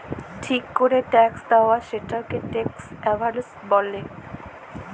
ঠিক ক্যরে ট্যাক্স দেয়লা, সেটকে ট্যাক্স এভাসল ব্যলে